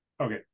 Okay